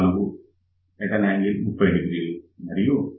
24∠300 మరియు ఇది 10 GHz